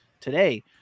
today